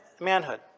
manhood